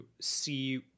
see